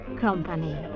company